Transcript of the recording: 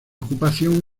ocupación